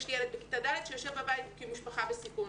יש לי ילד בכיתה ד' שיושב בבית כי המשפחה בסיכון,